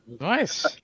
Nice